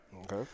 Okay